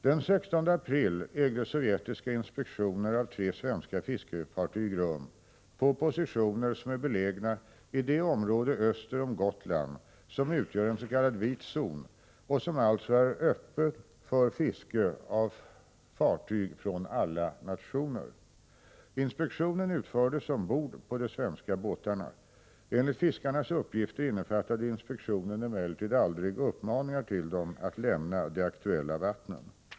Den 16 april ägde sovjetiska inspektioner av tre svenska fiskefartyg rum på positioner som är belägna i det område öster om Gotland som utgör en s.k. vit zon och som alltså är öppet för fiske av fartyg från alla nationer. Inspektionen utfördes ombord på de svenska båtarna. Enligt fiskarnas uppgifter innefattade inspektionen emellertid aldrig uppmaningar till dem att lämna de aktuella vattnen.